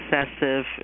excessive